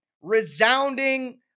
resounding